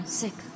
sick